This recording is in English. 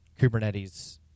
Kubernetes